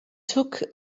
took